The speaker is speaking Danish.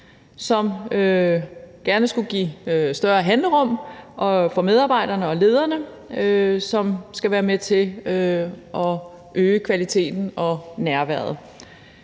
gerne give større handlerum for medarbejderne og lederne, hvilket skal være med til at øge kvaliteten og nærværet.